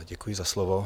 Děkuji za slovo.